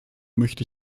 möchte